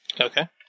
Okay